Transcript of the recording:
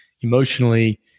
emotionally